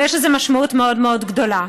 ויש לזה משמעות מאוד מאוד גדולה.